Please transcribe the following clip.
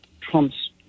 Trump's